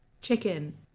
chicken